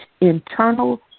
internal